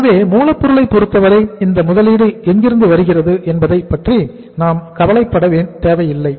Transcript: எனவே மூலப்பொருளை பொருத்தவரை இந்த முதலீடு எங்கிருந்து வருகிறது என்பதைப் பற்றி நாம் கவலைப்பட தேவையில்லை